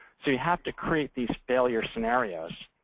so you have to create these failure scenarios.